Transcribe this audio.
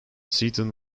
seaton